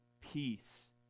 peace